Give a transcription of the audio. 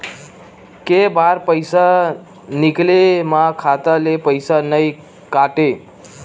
के बार पईसा निकले मा खाता ले पईसा नई काटे?